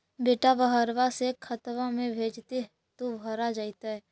बेटा बहरबा से खतबा में भेजते तो भरा जैतय?